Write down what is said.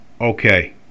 okay